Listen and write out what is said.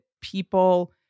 people